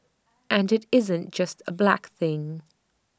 and IT isn't just A black thing